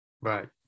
right